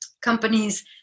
companies